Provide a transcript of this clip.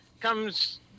comes